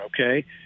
okay